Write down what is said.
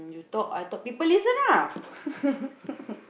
you talk I talk people listen lah